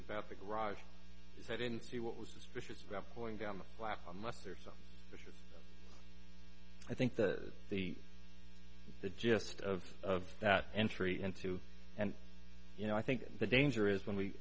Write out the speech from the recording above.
about the garage if i didn't see what was suspicious about going down the last month or so i think the the the gist of that entry into and you know i think the danger is when we